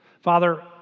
Father